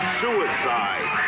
suicide